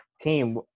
team